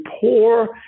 poor